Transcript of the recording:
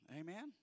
Amen